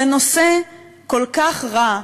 זה נושא כל כך רע,